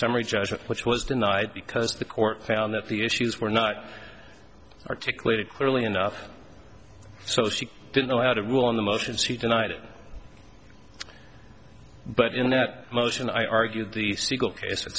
summary judgment which was denied because the court found that the issues were not articulated clearly enough so she didn't know how to rule on the motions he denied it but in that motion i argued the siegel case